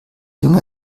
junge